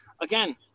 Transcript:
again